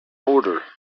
order